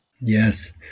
Yes